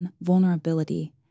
vulnerability